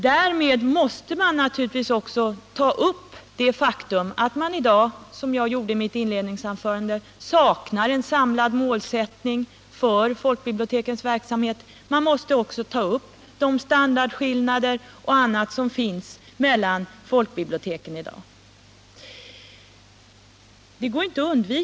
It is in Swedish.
Därmed måste man naturligtvis också ta upp det faktum att det i dag saknas en samlad målsättning för folkbibliotekens verksamhet. Man måste också ta upp de skillnader, i standard och i andra avseenden som finns i dag mellan folkbiblioteken. Det var detta jag gjorde.